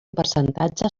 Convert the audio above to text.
percentatge